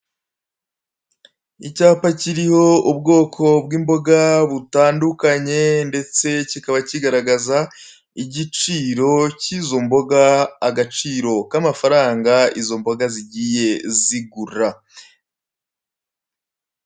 Icyapa kiriho ubwoko bw'imboga butandukanye, ndetse kikaba kigaragaza igiciro cy'izo mboga, agaciro k'amafaranga izo mboga zigiye zigura.